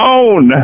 own